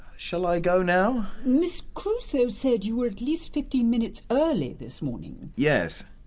shall i go now? miss crusoe said you were at least fifteen minutes early this morning. yes.